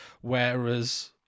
whereas